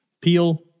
peel